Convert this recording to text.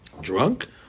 drunk